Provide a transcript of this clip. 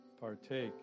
partake